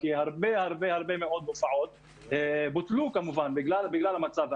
כי הרבה הרבה מאוד הופעות בוטלו כמובן בגלל המצב.